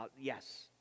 Yes